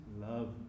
love